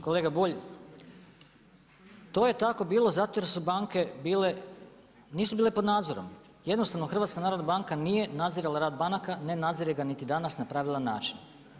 Kolega Bulj, to je tako bilo zato jer banke nisu bile pod nadzorom, jednostavno HNB nije nadzirala rad banaka, ne nadzire ga ni danas na pravilan način.